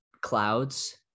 clouds